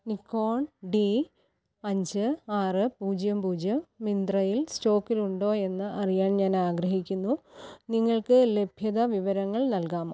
Nikon D അഞ്ച് ആറ് പൂജ്യം പൂജ്യം മിന്ത്രയിൽ സ്റ്റോക്കിൽ ഉണ്ടോ എന്ന് അറിയാൻ ഞാനാഗ്രഹിക്കുന്നു നിങ്ങൾക്ക് ലഭ്യത വിവരങ്ങൾ നൽകാമോ